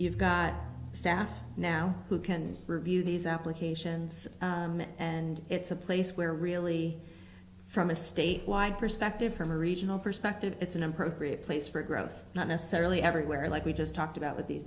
you've got staff now who can review these applications and it's a place where really from a state wide perspective from a regional perspective it's an improved replace for growth not necessarily everywhere like we just talked about with these